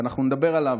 ואנחנו נדבר עליו.